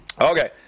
Okay